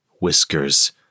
Whiskers